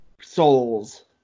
souls